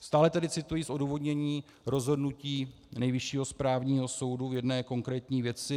Stále tedy cituji z odůvodnění rozhodnutí Nejvyššího správního soudu v jedné konkrétní věci.